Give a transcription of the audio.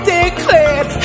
declared